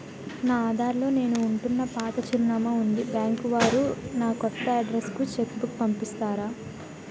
నా ఆధార్ లో నేను ఉంటున్న పాత చిరునామా వుంది బ్యాంకు వారు నా కొత్త అడ్రెస్ కు చెక్ బుక్ పంపిస్తారా?